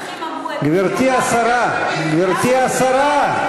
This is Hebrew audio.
בסוף האזרחים אמרו, גברתי השרה, גברתי השרה.